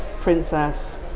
princess